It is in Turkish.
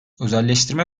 özelleştirme